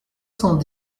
cent